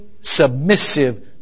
submissive